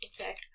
Okay